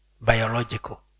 Biological